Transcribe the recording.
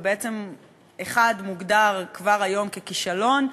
אחד מוגדר כבר היום ככישלון,